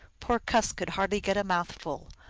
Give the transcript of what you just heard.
poor kusk could hardly get a mouthful,